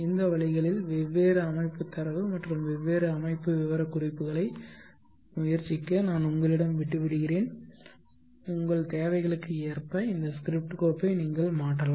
இந்த வழிகளில் வெவ்வேறு அமைப்பு தரவு மற்றும் வெவ்வேறு அமைப்பு விவரக்குறிப்புகளை முயற்சிக்க நான் உங்களிடம் விட்டு விடுகிறேன் உங்கள் தேவைகளுக்கு ஏற்ப இந்த ஸ்கிரிப்ட் கோப்பை நீங்கள் மாற்றலாம்